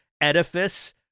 edifice